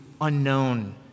unknown